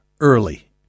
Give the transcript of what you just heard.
early